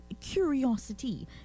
curiosity